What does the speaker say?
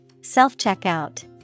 Self-checkout